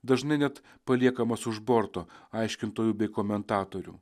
dažnai net paliekamas už borto aiškintojų bei komentatorių